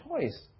choice